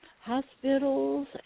hospitals